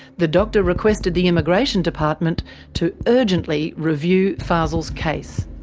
the doctor requested the immigration department to urgently review fazel's case.